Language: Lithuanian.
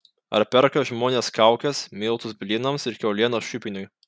ar perka žmonės kaukes miltus blynams ir kiaulieną šiupiniui